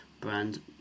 brand